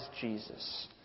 Jesus